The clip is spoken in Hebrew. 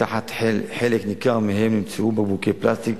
תחת חלק ניכר מהם נמצאו בקבוקי פלסטיק,